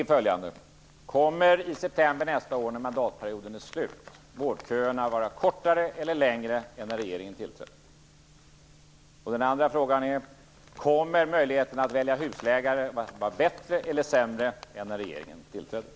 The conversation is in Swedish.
När mandatperioden är slut i september nästa år, kommer vårdköerna att vara kortare eller längre än när regeringen tillträdde? Kommer möjligheten att välja husläkare att vara bättre eller sämre än när regeringen tillträdde?